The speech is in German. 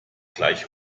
gleich